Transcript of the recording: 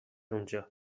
اونجا